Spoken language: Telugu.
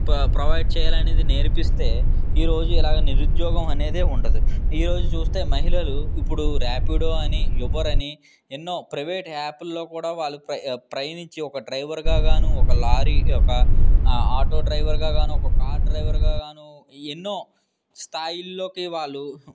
ప్రొవైడ్ చేయాలని నేర్పిస్తే ఈరోజు ఇలాగ నిరుద్యోగం అనేదే ఉండదు ఈరోజు చూస్తే మహిళలు ఇప్పుడు రాపిడో అని ఊబర్ అని ఎన్నో ప్రైవేట్ యాప్లో కూడా వాళ్ళు ప్రయాణించి ఒక డ్రైవర్గా కాను ఒక లారీ ఒక ఆటో డ్రైవర్గా కాను ఒక కార్ డ్రైవర్గా కాను ఎన్నో స్థాయిలోకి వాళ్ళు